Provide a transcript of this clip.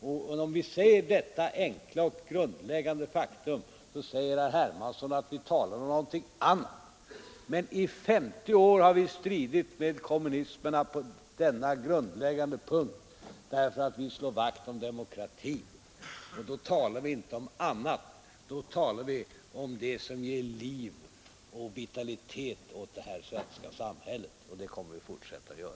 Men när vi nämner detta enkla och grundläggande faktum säger herr Hermansson att vi talar om något annat. Vi har i 50 år stritt med kommunisterna på denna grundläggande punkt, därför att vi slår vakt om demokratin. Och då talar vi inte om något annat. Vi talar om det som ger liv och vitalitet åt det svenska samhället, och det kommer vi att fortsätta att göra!